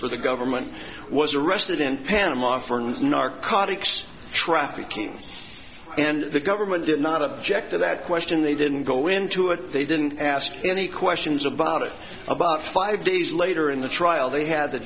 for the government was arrested in panama for news narcotics trafficking and the government did not object to that question they didn't go into it they didn't ask any questions about it about five days later in the trial they had the